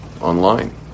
online